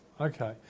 okay